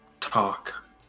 talk